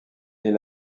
est